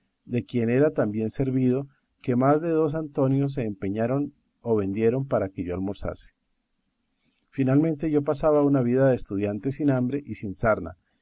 de quien era tan bien servido que más de dos antonios se empeñaron o vendieron para que yo almorzase finalmente yo pasaba una vida de estudiante sin hambre y sin sarna